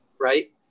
right